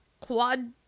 Quad